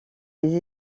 des